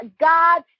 God